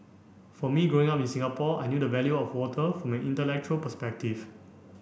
for me growing up in Singapore I knew the value of water from an intellectual perspective